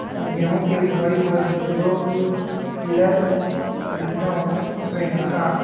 गेहूँ के बुवाई बर जीरो टिलर खरीदना उचित रही का?